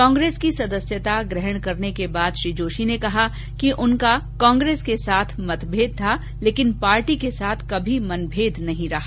कांग्रेस की सदस्यता ग्रहण करने के बाद श्री जोशी ने कहा कि उनका कांग्रेस के साथ मतभेद था लेकिन पार्टी के साथ कभी मनभेद नहीं रहा